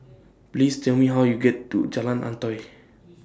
Please Tell Me How YOU get to Jalan Antoi